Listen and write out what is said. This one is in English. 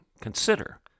consider